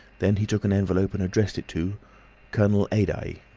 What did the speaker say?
then he took an envelope and addressed it to colonel adye,